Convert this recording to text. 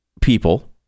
people